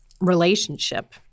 relationship